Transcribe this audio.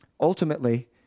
Ultimately